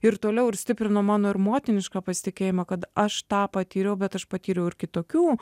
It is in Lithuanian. ir toliau ir stiprino mano ir motinišką pasitikėjimą kad aš tą patyriau bet aš patyriau ir kitokių